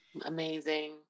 Amazing